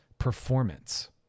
performance